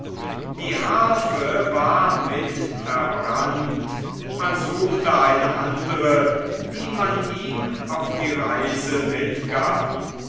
die harfe war mit verbrannt man suchte eine andere die man ihm auf die reise mitgab